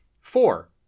Four